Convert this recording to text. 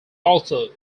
also